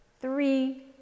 three